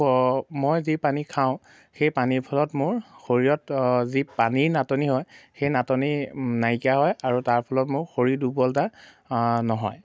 মই যি পানী খাওঁ সেই পানীৰ ফলত মোৰ শৰীৰত যি পানীৰ নাটনি হয় সেই নাটনি নাইকিয়া হয় আৰু তাৰ ফলত মোৰ শৰীৰ দুৰ্বলতা নহয়